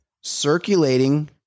Circulating